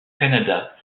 canada